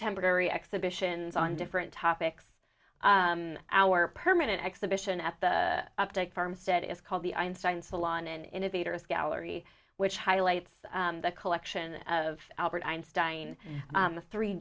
temporary exhibitions on different topics in our permanent exhibition at the uptick farmstead is called the einstein salon and innovators gallery which highlights the collection of albert einstein the three